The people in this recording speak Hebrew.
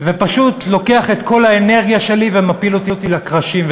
ופשוט לוקח את כל האנרגיה שלי ומפיל אותי לקרשים,